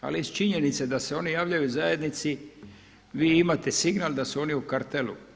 Ali iz činjenice da se oni javljaju u zajednici vi imate signal da su oni u kartelu.